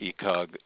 ECOG